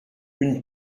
une